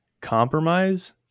compromise